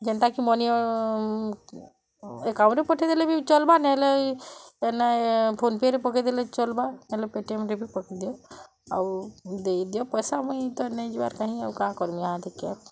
ଯେନ୍ତା କି ମନି ଏକାଉଣ୍ଟକୁ ପଠେଇ ଦେଲେ ଚଳିବ ନ ହେଲେ ଏଇନେ ଫୋନ ପେ'ରେ ପକାଇ ଦେଲେ ଚଲ୍ବ ହେଲେ ପେଟିଏମ୍ରେ ପକାଇ ଦିଅ ଆଉ ଦେଇ ଦିଅ ପଇସା ମୁଇଁ ତ ନେଇ ଯିବାର୍ ନାହିଁ ମୁଁ କାଁ କରିବି ୟା ଦିକେ